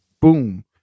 boom